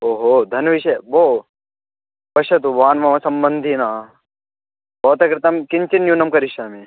ओ हो धनं विषये भो पश्यतु भवान् मम सम्बन्धिनः भवतः कृते किञ्चित् न्यूनं करिष्यामि